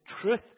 truth